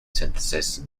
synthesis